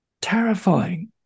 terrifying